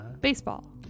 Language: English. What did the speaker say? baseball